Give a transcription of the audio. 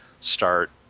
start